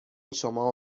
شما